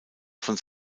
von